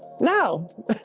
No